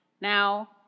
now